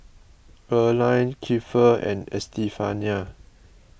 Earline Kiefer and Estefania